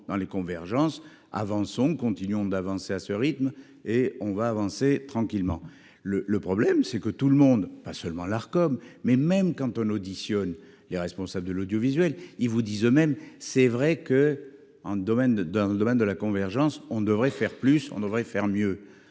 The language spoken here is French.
dans les convergences avançons continuons d'avancer à ce rythme et on va avancer tranquillement le le problème c'est que tout le monde, pas seulement l'Arcom. Mais même quand on auditionne les responsables de l'audiovisuel. Ils vous disent même c'est vrai que en domaine dans le domaine de la convergence. On devrait faire plus, on devrait faire mieux